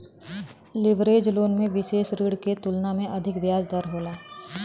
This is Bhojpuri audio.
लीवरेज लोन में विसेष ऋण के तुलना में अधिक ब्याज दर होला